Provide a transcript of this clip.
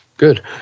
Good